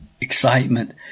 excitement